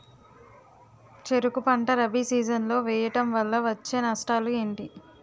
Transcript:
చెరుకు పంట రబీ సీజన్ లో వేయటం వల్ల వచ్చే నష్టాలు ఏంటి?